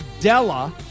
Della